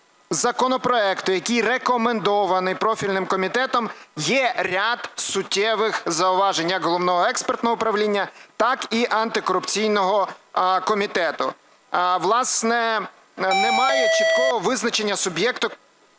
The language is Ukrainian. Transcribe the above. законопроекту, який рекомендований профільним комітетом, є ряд суттєвих зауважень як Головного експертного управління, так і антикорупційного комітету. Власне, немає чіткого визначення суб'єктів,